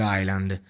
island